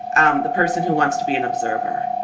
um the person who wants to be an observer,